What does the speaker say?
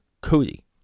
Cody